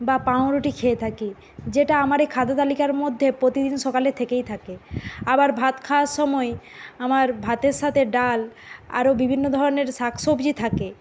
বা পাউরুটি খেয়ে থাকি যেটা আমার এই খাদ্য তালিকার মধ্যে প্রতিদিন সকাল থেকেই থাকে আবার ভাত খাওয়ার সময় আমার ভাতের সাথে ডাল আরো বিভিন্ন ধরনের শাকসবজি থাকে